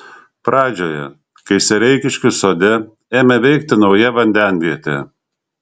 pradžioje kai sereikiškių sode ėmė veikti nauja vandenvietė